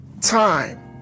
Time